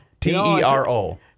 T-E-R-O